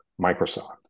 Microsoft